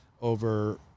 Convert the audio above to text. over